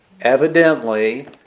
evidently